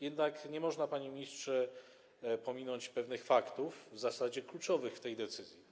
Jednak nie można, panie ministrze, pominąć pewnych faktów w zasadzie kluczowych dla tej decyzji.